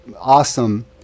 awesome